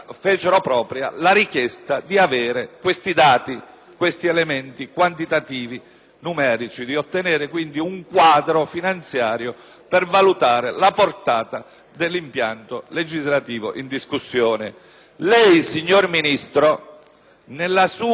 questi elementi quantitativi e numerici e di ottenere un quadro finanziario per valutare la portata dell'impianto legislativo in discussione.